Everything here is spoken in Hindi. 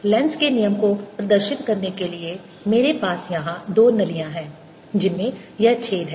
लेंज़ के नियम Lenz's law को प्रदर्शित करने के लिए मेरे पास यहाँ दो नलियाँ हैं जिनमें यह छेद है